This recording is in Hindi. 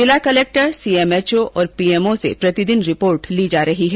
जिला कलेक्टर सीएमएचओ और पीएमओ से प्रतिदिन रिपोर्ट ली जा रही है